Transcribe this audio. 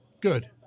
Good